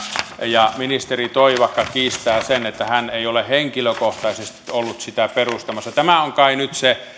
ja ministeri toivakka kiistää sen että hän olisi henkilökohtaisesti ollut sitä perustamassa tämä on kai nyt se